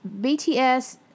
BTS